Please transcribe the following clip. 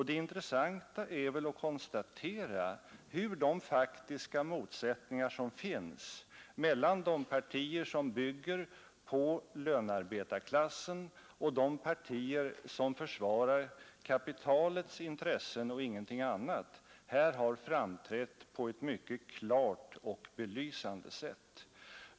Det intressanta är väl att konstatera hur de faktiska motsättningar som finns mellan de partier, som bygger på lönearbetarklassen, och de partier, som försvarar kapitalets intressen och ingenting annat, här har framträtt på ett mycket klart och belysande sätt.